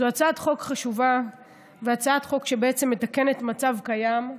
זאת הצעת חוק חשובה שמתקנת מצב קיים.